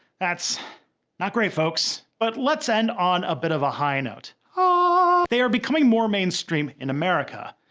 that's not great folks. but let's end on a bit of a high note. ah they are becoming more mainstream in america.